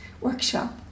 workshop